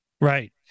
Right